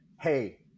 hey